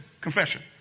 Confession